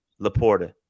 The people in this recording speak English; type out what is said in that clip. Laporta